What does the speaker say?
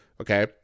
Okay